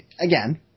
again